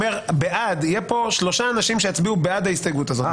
יהיו פה שלושה אנשים שיצביעו בעד ההסתייגות הזאת,